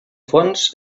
fons